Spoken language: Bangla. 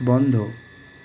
বন্ধ